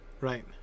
Right